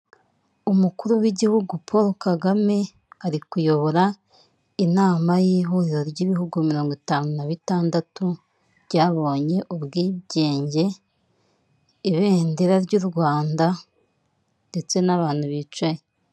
Umukuru w'igihugu Paul Kagame ari kuyobora inama y'ihuriro ry'ibihugu mirongo itanu na bitandatu ryabonye ubwigenge, ibendera ry'Urwanda ndetse n'abantu bicaye.